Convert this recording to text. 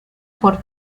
por